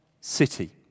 city